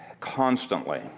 constantly